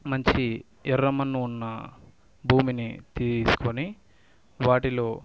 మంచి ఎర్ర మన్ను ఉన్న భూమిని తీసుకొని వాటిలో